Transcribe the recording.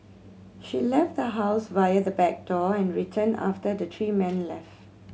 she left the house via the back door and returned after the three men left